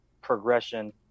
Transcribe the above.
progression